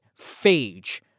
phage